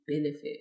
benefit